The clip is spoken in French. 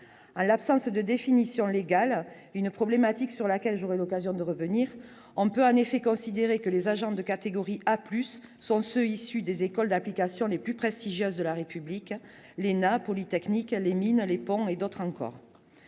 à l'absence de définition légale une problématique sur laquelle j'aurai l'occasion de revenir. On peut un effet considérer que les agents de catégorie A Plus sont ceux issus des écoles d'application les plus prestigieuses de la République, l'ENA, Polytechnique, les mines, les ponts et d'autres encore